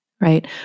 right